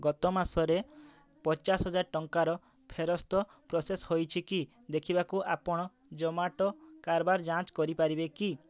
ଗତ ମାସରେ ପଚାଶ ହଜାର ଟଙ୍କାର ଫେରସ୍ତ ପ୍ରସେସ୍ ହୋଇଛି କି ଦେଖିବାକୁ ଆପଣ ଜୋମାଟୋ କାରବାର ଯାଞ୍ଚ କରିପାରିବେ କି